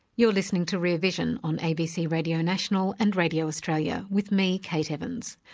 you're listening to rear vision on abc radio national and radio australia, with me, kate evans,